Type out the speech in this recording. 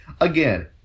again